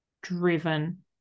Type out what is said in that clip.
driven